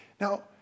Now